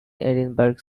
edinburgh